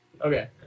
Okay